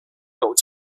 york